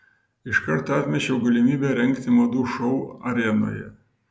iškart atmečiau galimybę rengti madų šou arenoje